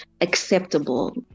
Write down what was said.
acceptable